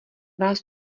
vás